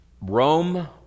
Rome